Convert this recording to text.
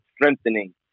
strengthening